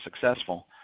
successful